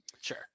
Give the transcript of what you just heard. sure